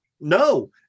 no